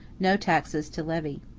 no taxes to levy.